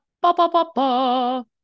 Ba-ba-ba-ba